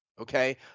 Okay